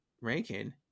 ranking